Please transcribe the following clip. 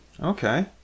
Okay